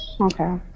Okay